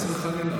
חס וחלילה.